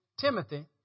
Timothy